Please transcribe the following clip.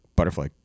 Butterfly